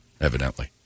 evidently